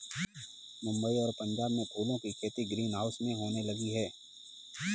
मुंबई और पंजाब में फूलों की खेती ग्रीन हाउस में होने लगी है